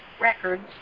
Records